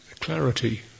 clarity